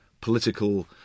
political